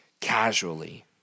casually